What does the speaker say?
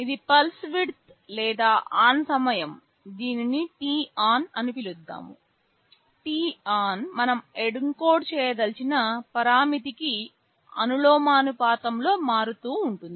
ఇది pulse width లేదా ON సమయం దీనిని t on అని పిలుద్దాం ఈ t on మనం ఎన్కోడ్ చేయదలిచిన పరామితికి అనులోమానుపాతంలో మారుతూ ఉంటుంది